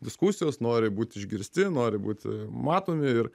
diskusijos nori būti išgirsti nori būti matomi ir